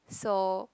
so